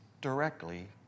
directly